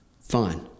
fine